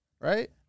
right